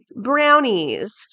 brownies